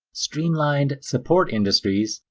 streamlined support industries,